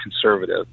conservative